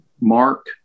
mark